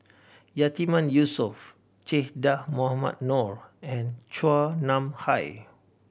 Yatiman Yusof Che Dah Mohamed Noor and Chua Nam Hai